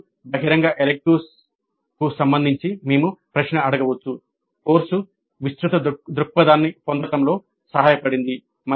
మరియు బహిరంగ ఎలిక్టివ్స్ సంబంధించి మేము ప్రశ్న అడగవచ్చు "కోర్సు విస్తృత దృక్పథాన్ని పొందడంలో సహాయపడింది"